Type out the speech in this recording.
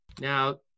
Now